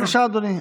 אדוני,